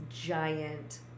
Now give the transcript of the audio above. giant